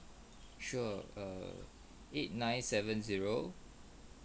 sure err eight nine seven zero